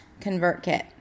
ConvertKit